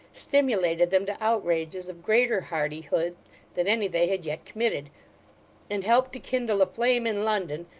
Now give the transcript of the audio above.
stimulated them to outrages of greater hardihood than any they had yet committed and helped to kindle a flame in london,